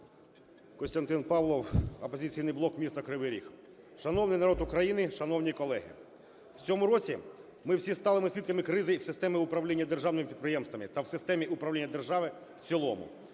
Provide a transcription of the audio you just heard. Костянтин Павлов, "Опозиційний блок", місто Кривій Ріг. Шановний народ України! Шановні колеги! В цьому році ми стали свідками кризи в системі управління державними підприємствами та в системі управління держави в цілому.